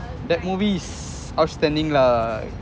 that movie is outstanding lah